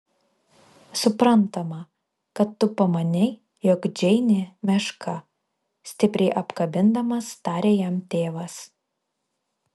suprantama kad tu pamanei jog džeinė meška stipriai apkabindamas tarė jam tėvas